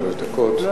שלוש דקות.